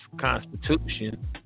Constitution